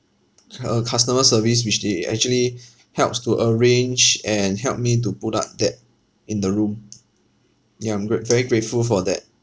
uh customer service which they actually helps to arrange and helped me to put up that in the room ya I'm grate~ very grateful for that